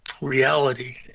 reality